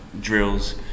drills